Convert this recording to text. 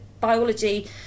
biology